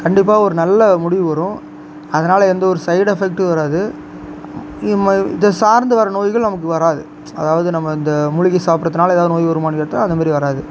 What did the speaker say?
கண்டிப்பாக ஒரு நல்ல முடிவு வரும் அதனால எந்த ஒரு சைடு எஃபக்ட்டும் வராது இதை சார்ந்து வர நோய்கள் நமக்கு வராது அதாவது நம்ம இந்த மூலிகை சாப்பிட்றத்துனால எதாவது நோய் வருமான்னு கேட்டால் அந்தமாதிரி வராது